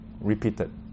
repeated